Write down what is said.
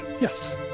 yes